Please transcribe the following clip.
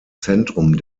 zentrum